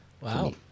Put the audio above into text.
Wow